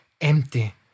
empty